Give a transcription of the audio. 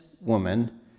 woman